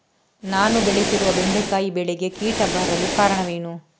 ನಾನು ಬೆಳೆಸಿರುವ ಬೆಂಡೆಕಾಯಿ ಬೆಳೆಗೆ ಕೀಟ ಬರಲು ಕಾರಣವೇನು?